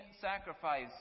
sacrifice